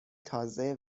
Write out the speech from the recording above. تازه